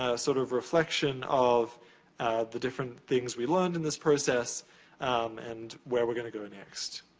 ah sort of reflection, of the different things we learned in this process and where we're gonna go next.